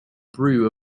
brew